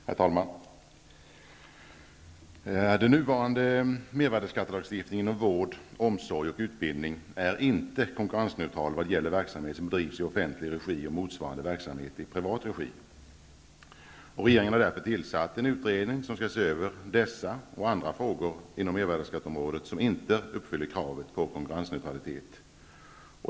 Herr talman! Den nuvarande mervärdesskattelagstiftningen när det gäller vård, omsorg och utbildning är inte konkurrensneutral i fråga om verksamhet som bedrivs i offentlig regi och motsvarande verksamhet i privat regi. Regeringen har därför tillsatt en utredning som skall se över dessa och andra frågor inom mervärdesskatteområdet, vilka inte uppfyller kravet på konkurrensneutralitet.